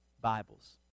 bibles